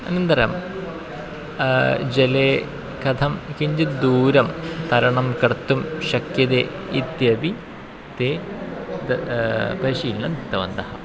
अनन्तरं जले कथं किञ्चित् दूरं तरणं कर्तुं शक्यते इत्यपि ते परिशीलनम् उक्त्तवन्तः